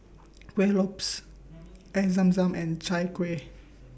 Kueh Lopes Air Zam Zam and Chai Kueh